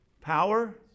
Power